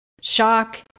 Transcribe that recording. shock